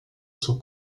sont